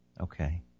Okay